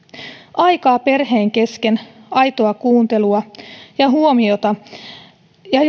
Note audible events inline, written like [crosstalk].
aikaa perheen kesken aitoa kuuntelua ja huomiota ja [unintelligible]